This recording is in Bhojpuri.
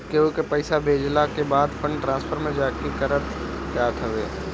केहू के पईसा भेजला के काम फंड ट्रांसफर में जाके करल जात हवे